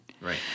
Right